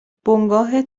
بنگاه